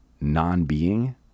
non-being